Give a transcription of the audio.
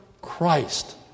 Christ